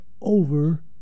over